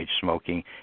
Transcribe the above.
smoking